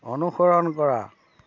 অনুসৰণ কৰা